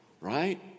right